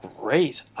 great